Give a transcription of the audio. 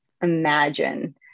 imagine